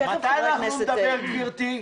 מתי אנחנו נדבר, גברתי?